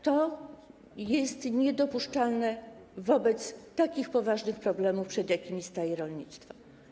To jest niedopuszczalne wobec tak poważnych problemów, przed jakimi staje rolnictwo.